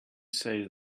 say